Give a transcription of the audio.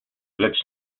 lecz